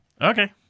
Okay